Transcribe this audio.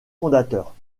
fondateurs